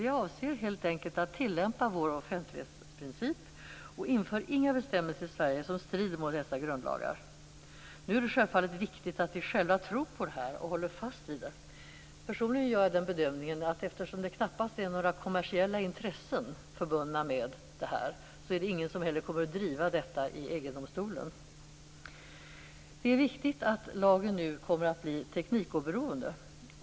Vi avser helt enkelt att tillämpa vår offentlighetsprincip och inför inga bestämmelser i Sverige som strider mot dessa grundlagar. Nu är det självfallet viktigt att vi själva tror på det här och håller fast vid det. Personligen gör jag den bedömningen att eftersom det knappast är några kommersiella intressen förbundna med detta är det heller ingen som kommer att driva detta i EG-domstolen. Det är viktigt att lagen nu kommer att bli teknikoberoende.